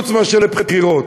חוץ מאשר לבחירות.